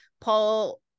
Paul